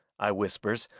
i whispers,